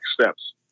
steps